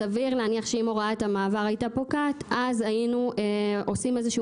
סביר להניח שאם הוראת המעבר הייתה פוקעת אז היינו עושים איזה שהוא